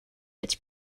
its